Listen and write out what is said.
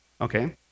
Okay